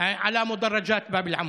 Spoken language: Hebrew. על המודרג'את בבאב אל-עמוד.